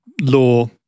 law